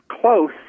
close